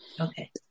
Okay